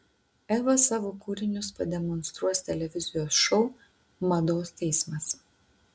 eva savo kūrinius pademonstruos televizijos šou mados teismas